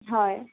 হয়